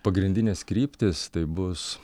pagrindines kryptys tai bus